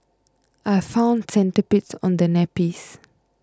I found centipedes on the nappies